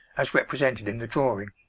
as represented in the drawing.